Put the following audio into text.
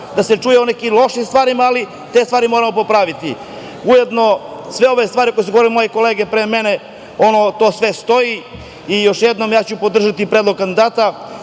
da se čuje o nekim lošim stvarima, ali te stvari moramo popraviti. Ujedno, sve ove stvari o kojima su govorile moje kolege pre mene, to sve stoji. Još jednom, ja ću podržati predlog kandidata